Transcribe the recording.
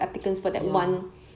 ya